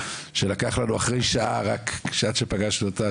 שלקח לנו אחרי שעה רק עד שפגשנו אותה